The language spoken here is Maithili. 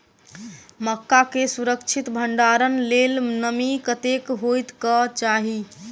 मक्का केँ सुरक्षित भण्डारण लेल नमी कतेक होइ कऽ चाहि?